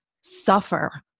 suffer